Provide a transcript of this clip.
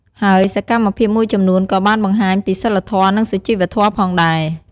ហើយសកម្មភាពមួយចំនួនក៏បានបង្ហាញពីសីលធម៌ និងសុជីវធម៌ផងដែរ។